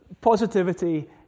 Positivity